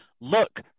look